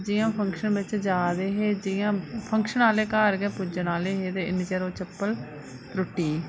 जि'यां ओह् फंक्शन बिच जा दे जि'यां फंक्शन आह्ले घर गै ओह् पुज्जने आह्ले हे इं'या गै ओह् चप्पल त्रुट्टी